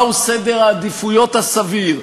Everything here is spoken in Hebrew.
מהו סדר העדיפויות הסביר,